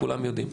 כולם יודעים,